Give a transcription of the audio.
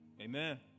Amen